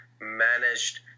managed